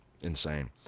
insane